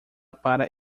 para